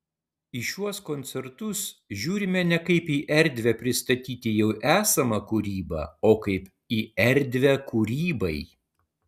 į šiuos koncertus žiūrime ne kaip į erdvę pristatyti jau esamą kūrybą o kaip į erdvę kūrybai